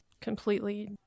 completely